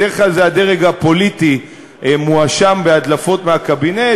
בדרך כלל הדרג הפוליטי מואשם בהדלפות מהקבינט,